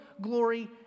glory